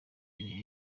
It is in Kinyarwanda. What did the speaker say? imbere